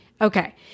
Okay